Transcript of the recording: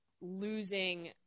losing